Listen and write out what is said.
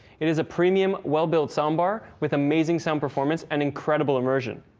it is a premium, well-built soundbar with amazing sound performance and incredible immersion.